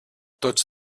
tots